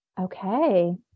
Okay